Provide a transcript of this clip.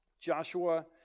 Joshua